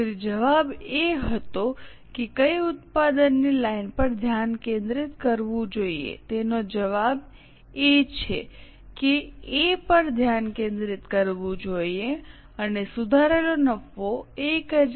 તેથી જવાબ એ હતો કે કઈ ઉત્પાદનની લાઇન પર ધ્યાન કેન્દ્રિત કરવું જોઈએ તેનો જવાબ એ છે કે એ પર ધ્યાન કેન્દ્રિત કરવું જોઈએ અને સુધારેલો નફો 1070